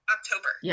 October